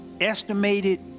estimated